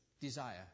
desire